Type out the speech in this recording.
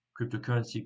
cryptocurrency